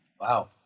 Wow